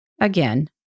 Again